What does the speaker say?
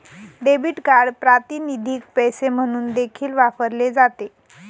debit card प्रातिनिधिक पैसे म्हणून देखील वापरले जाते